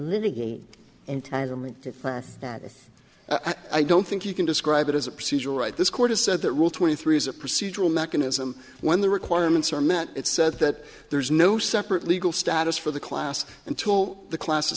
mitigate entitlement for that i don't think you can describe it as a procedural right this court has said that rule twenty three is a procedural mechanism when the requirements are met it's said that there's no separate legal status for the class until the class